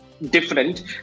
Different